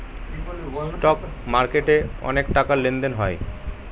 stock মার্কেটে অনেক টাকার লেনদেন হয়